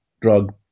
drug